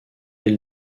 elle